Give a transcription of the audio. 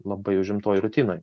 labai užimtoj rutinoj